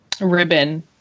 ribbon